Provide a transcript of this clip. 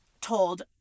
told